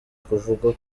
kuvugwa